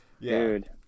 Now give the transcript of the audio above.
dude